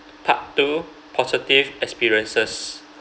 part two positive experiences